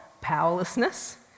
powerlessness